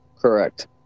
Correct